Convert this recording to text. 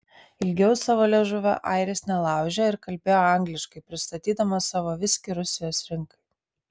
ilgiau savo liežuvio airis nelaužė ir kalbėjo angliškai pristatydamas savo viskį rusijos rinkai